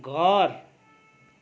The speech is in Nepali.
घर